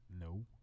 No